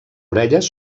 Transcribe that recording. orelles